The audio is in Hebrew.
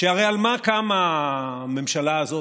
שהרי על מה קמה הממשלה הזאת?